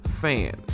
fan